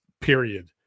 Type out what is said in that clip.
period